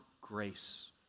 grace